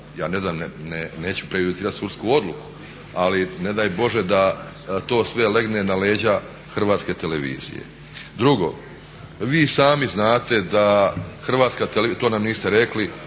ja ne znam, neću prejudicirati sudsku odluku ali ne daj Bože da to sve legne na leđa Hrvatske televizije. Drugo, vi sami znate da Hrvatska televizija, to nam niste rekli,